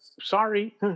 sorry